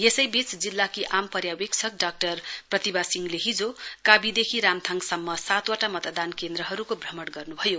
यसैबीच जिल्लाकी आम पर्यावेक्षक डाक्टर प्रतिभा सिंहले हिजो काबीदेखि राम्थाङसम्म सातबटा मतदान केन्द्रहरूको भ्रमण गर्नुभयो